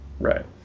right